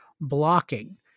blocking